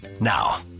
Now